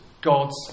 God's